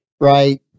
right